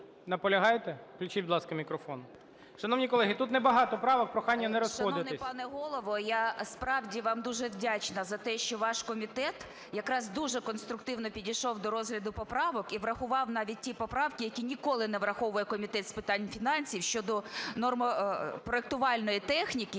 Наполягаєте? Включіть, будь ласка, мікрофон. Шановні колеги, тут не багато правок. Прохання не розходитись. 18:13:28 ЮЖАНІНА Н.П. Шановний пане Голово, я справді вам дуже вдячна за те, що ваш комітет якраз дуже конструктивно підійшов до розгляду поправок і врахував навіть ті поправки, які ніколи не враховує Комітет з питань фінансів щодо нормопроектувальної техніки,